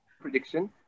prediction